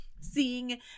seeing